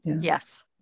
yes